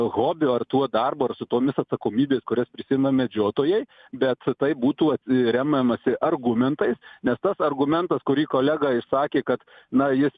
hobiu ar tuo darbu ar su tomis atsakomybės kurias prisiima medžiotojai bet tai būtų remiamasi argumentais nes tas argumentas kurį kolega išsakė kad na jis